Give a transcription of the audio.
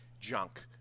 junk